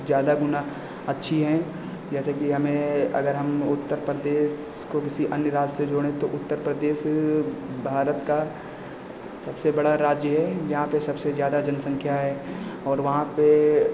ज़्यादा गुना अच्छी हैं जैसे कि हमें अगर हम उत्तरप्रदेश को किसी अन्य राज्य से जोड़ें तो उत्तरप्रदेश भारत का सबसे बड़ा राज्य है जहाँ पर सबसे ज़्यादा जनसंख्या है और वहाँ पर